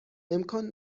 امکان